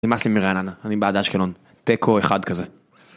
נמאס לי מרעננה, אני בעד אשקלון, תיקו אחד כזה.